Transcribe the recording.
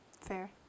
Fair